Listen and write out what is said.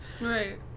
right